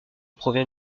provient